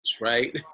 right